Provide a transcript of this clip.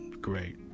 great